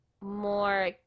more